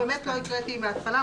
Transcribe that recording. באמת לא הקראתי מן ההתחלה.